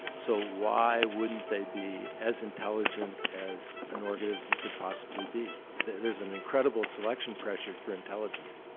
so why wouldn't they be as intelligent as an organism could possibly be? there's an incredible selection pressure for intelligence.